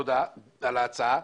תודה על ההצעה.